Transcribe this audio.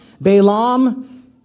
Balaam